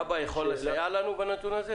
לכב"א יש את הנתון הזה?